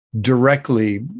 directly